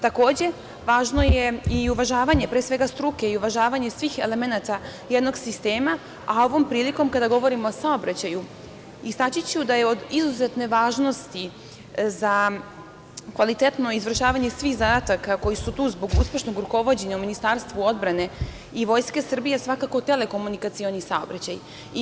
Takođe, važno je i uvažavanje, pre svega struke i uvažavanje svih elemenata jednog sistema, a ovom prilikom kada govorim o saobraćaju istaći ću da je od izuzetne važnosti za kvalitetno izvršavanje svih zadataka, koji su tu zbog uspešnog rukovođenja u Ministarstvu odbrane i Vojske Srbije, svakako telekomunikacioni saobraćaj.